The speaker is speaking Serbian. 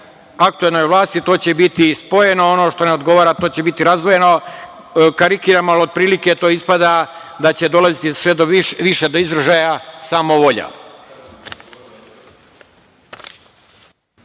aktuelnoj vlasti, to će biti i spojeno, a ono što ne odgovara, to će biti razdvojeno. Karikiram, ali otprilike, to ispada da će dolaziti sve više do izražaja samovolja.